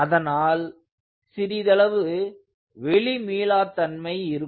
அதனால் சிறிதளவு வெளி மீளா தன்மை இருக்கும்